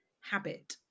habit